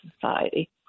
society